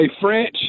French